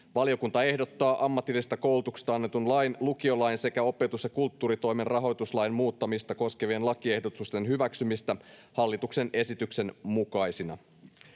Valiokunta ehdottaa ammatillisesta koulutuksesta annetun lain, lukiolain sekä opetus- ja kulttuuritoimen rahoituslain muuttamista koskevien lakiehdotusten hyväksymistä hallituksen esityksen mukaisina.